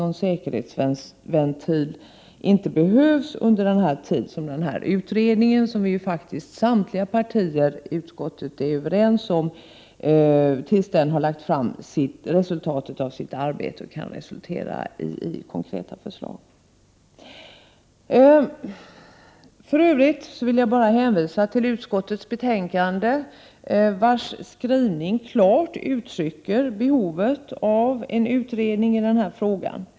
Någon säkerhetsventil behövs inte under den tid som utredningen — som faktiskt samtliga partier i utskottet är överens om — arbetar och tills den har lagt fram resultatet av sitt arbete, vilket kan leda till konkreta förslag. För övrigt vill jag hänvisa till utskottets betänkande, vars skrivning klart uttrycker behovet av en utredning i denna fråga.